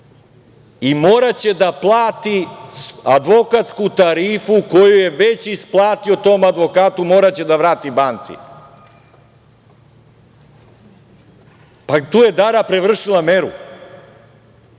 i moraće da plati advokatsku tarifu koju je već isplatio tom advokatu, moraće da vrati banci. Tu je Dara prevršila meru.